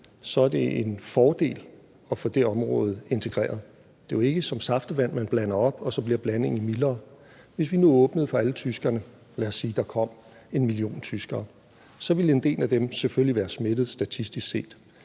så er det en fordel at få det område integreret. Det er jo ikke som saftevand, man blander op, og hvor blandingen så bliver svagere. Hvis vi nu åbnede for alle tyskerne, og lad os sige, at der kom en million tyskere, så ville en del af dem selvfølgelig statistisk set